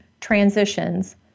transitions